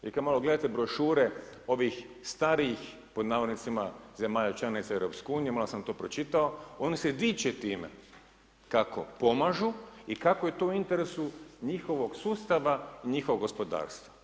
Jer kad malo gledate brošure, ovih malo „starijih“ zemalja članica EU, malo sam to pročitao, oni se diče time, kako pomažu i kako je to u interesu njihovog sustava i njihovog gospodarstva.